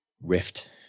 rift